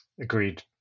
Agreed